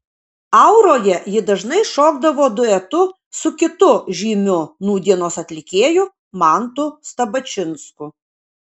auroje ji dažnai šokdavo duetu su kitu žymiu nūdienos atlikėju mantu stabačinsku